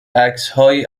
عکسهایی